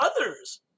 others